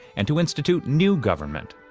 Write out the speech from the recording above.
and to institute new government,